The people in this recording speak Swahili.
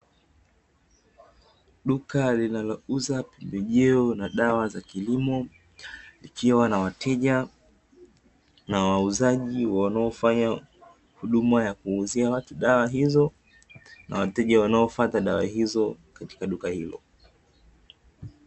Duka linalouza pembejeo na dawa za kilimo, likiwa na wateja na wauzaji wanaofanya huduma ya kuwauzia watu dawa hizo na wateja wanaofata dawa hizo katika duka hili.